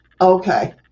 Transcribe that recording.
Okay